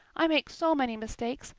i make so many mistakes.